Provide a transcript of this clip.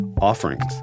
offerings